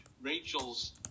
Rachel's